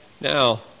Now